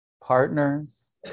Partners